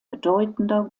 bedeutender